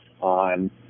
on